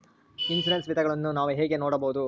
Insurance ವಿಧಗಳನ್ನ ನಾನು ಹೆಂಗ ನೋಡಬಹುದು?